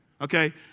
Okay